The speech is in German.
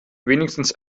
wenigstens